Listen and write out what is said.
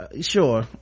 Sure